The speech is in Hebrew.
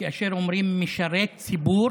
כאשר אומרים משרת ציבור